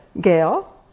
Gail